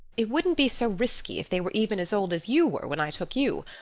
it wouldn't be so risky if they were even as old as you were when i took you.